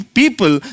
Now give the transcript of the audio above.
people